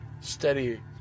steady